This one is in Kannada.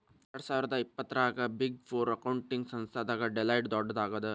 ಎರ್ಡ್ಸಾವಿರ್ದಾ ಇಪ್ಪತ್ತರಾಗ ಬಿಗ್ ಫೋರ್ ಅಕೌಂಟಿಂಗ್ ಸಂಸ್ಥಾದಾಗ ಡೆಲಾಯ್ಟ್ ದೊಡ್ಡದಾಗದ